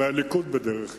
מהליכוד בדרך כלל.